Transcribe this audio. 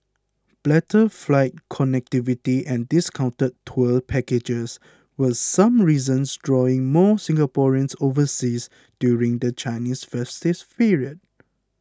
better flight connectivity and discounted tour packages were some reasons drawing more Singaporeans overseas during the Chinese festive period